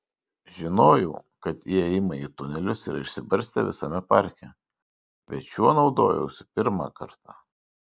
žinojau kad įėjimai į tunelius yra išsibarstę visame parke bet šiuo naudojausi pirmą kartą